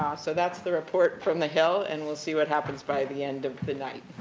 um so, that's the report from the hill, and we'll see what happens by the end of the night.